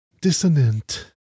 dissonant